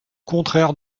contraire